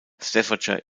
staffordshire